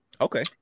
Okay